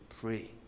pray